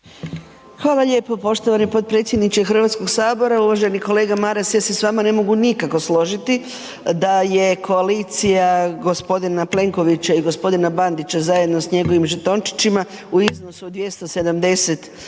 Hvala lijepo poštovani potpredsjedniče Hrvatskog sabora. Uvaženi kolega Maras, ja se s vama ne mogu nikako složiti da je koalicija gospodina Plenkovića i gospodina Bandića zajedno s njegovim žetončićima u iznosu od